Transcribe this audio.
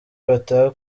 bataha